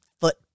foot